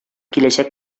киләчәк